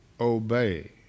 obey